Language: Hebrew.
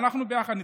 אנחנו ביחד נתחזק,